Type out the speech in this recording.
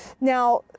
Now